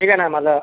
ठीक आहे ना मला